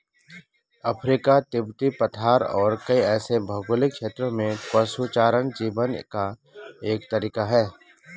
Africa, तिब्बती पठार और कई ऐसे भौगोलिक क्षेत्रों में पशुचारण जीवन का एक तरीका है